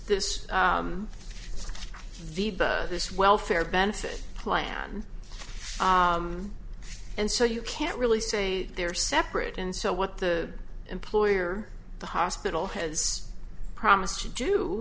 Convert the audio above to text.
this welfare benefit plan and so you can't really say they're separate and so what the employer the hospital has promised to do